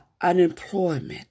unemployment